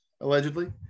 allegedly